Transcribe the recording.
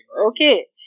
Okay